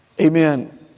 Amen